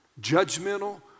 judgmental